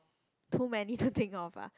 too many to think of ah